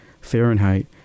Fahrenheit